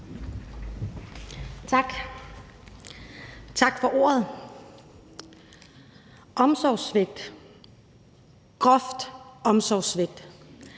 (M): Tak for ordet. Omsorgssvigt, grov omsorgssvigt,